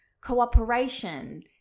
cooperation